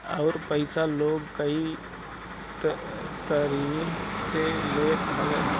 उधार पईसा लोग कई तरही से लेत हवे